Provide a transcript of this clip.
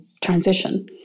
transition